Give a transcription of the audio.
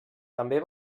també